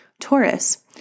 Taurus